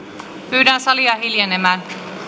pyydän salia hiljenemään